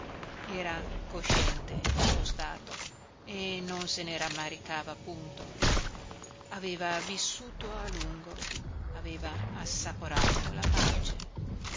era cosciente del suo stato e non se ne rammaricava punto aveva vissuto a lungo aveva assaporato la pace